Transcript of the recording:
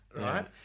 right